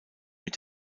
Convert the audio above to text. mit